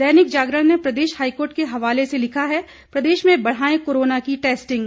दैनिक जागरण ने प्रदेश हाईकोर्ट के हवाले से लिखा है प्रदेश में बढाए कोरोना की टैस्टिंग